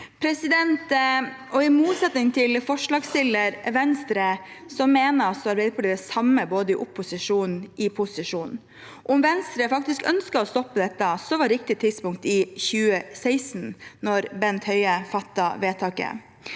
I motsetning til forslagsstiller Venstre mener Arbeiderpartiet det samme både i opposisjon og i posisjon. Om Venstre faktisk ønsket å stoppe dette, var riktig tidspunkt i 2016 da Bent Høie fattet vedtaket.